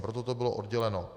Proto to bylo odděleno.